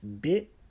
bit